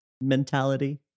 mentality